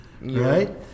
right